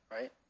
right